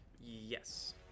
Yes